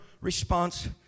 response